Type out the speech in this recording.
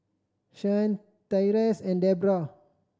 Shyanne Tyrese and Debrah